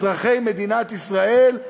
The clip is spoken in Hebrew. אזרחי מדינת ישראל,